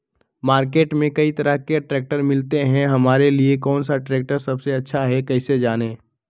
Market में कई तरह के ट्रैक्टर मिलते हैं हमारे लिए कौन सा ट्रैक्टर सबसे अच्छा है कैसे जाने?